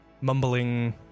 Mumbling